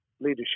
leadership